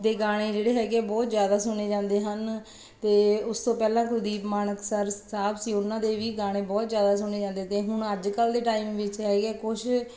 ਦੇ ਗਾਣੇ ਜਿਹੜੇ ਹੈਗੇ ਬਹੁਤ ਜ਼ਿਆਦਾ ਸੁਣੇ ਜਾਂਦੇ ਹਨ ਅਤੇ ਉਸ ਤੋਂ ਪਹਿਲਾਂ ਕੁਲਦੀਪ ਮਾਣਕ ਸਰ ਸਾਹਿਬ ਸੀ ਉਹਨਾਂ ਦੇ ਵੀ ਗਾਣੇ ਬਹੁਤ ਜ਼ਿਆਦਾ ਸੁਣੇ ਜਾਂਦੇ ਅਤੇ ਹੁਣ ਅੱਜ ਕੱਲ੍ਹ ਦੇ ਟਾਈਮ ਵਿੱਚ ਹੈਗੇ ਕੁਛ